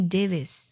Davis，